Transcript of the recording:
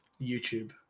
YouTube